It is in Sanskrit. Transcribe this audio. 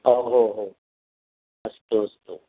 अस्तु अस्तु